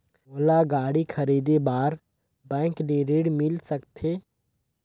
मोला गाड़ी खरीदे बार बैंक ले ऋण मिल सकथे?